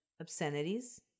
obscenities